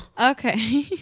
okay